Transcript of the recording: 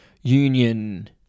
Union